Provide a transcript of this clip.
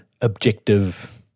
objective